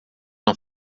não